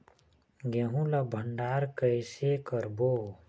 गेहूं ला भंडार कई से करबो?